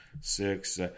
Six